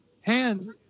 hands